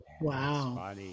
Wow